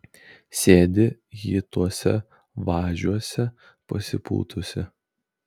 sėdi ji tuose važiuose pasipūtusi